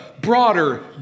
broader